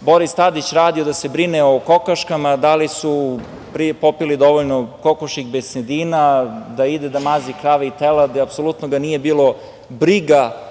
Boris Tadić radio, da se brine o kokoškama, da li su popile dovoljno kokošjeg bensedina, da ide da mazi krave i telad. Apsolutno ga nije bilo briga